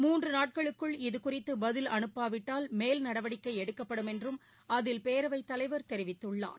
மூன்று நாட்களுக்குள் இதுகுறித்து பதில் அனுப்பாவிட்டால் மேல் நடவடிக்கை எடுக்கப்படும் என்றும் அதில் பேரவைத்தலைவர் தெரிவித்துள்ளார்